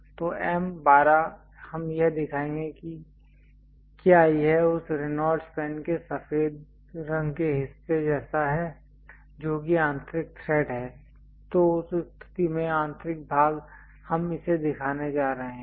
तो M 12 हम यह दिखाएंगे कि क्या यह उस रेनॉल्ड्स पेन के सफेद रंग के हिस्से जैसा है जो कि आंतरिक थ्रेड है तो उस स्थिति में आंतरिक भाग हम इसे दिखाने जा रहे हैं